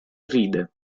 ride